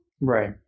Right